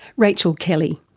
rachel kelly.